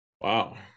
Wow